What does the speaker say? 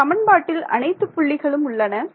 இந்த சமன்பாட்டில் அனைத்து புள்ளிகளும் உள்ளன